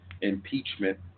impeachment